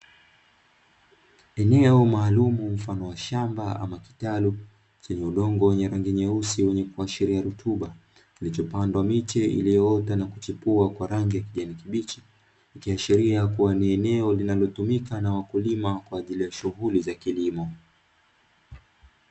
Eneo maalum mfano wa shamba au kitaru chenye udongo wenye rangi nyeusi, wenye kuashiria rutuba kilichopandwa miche iliyoota na kuchipua kwa rangi ya kijani kibichi, ikiashiria kuwa ni eneo linalotumika na wakulima kwa ajili ya shughuli za kilimo.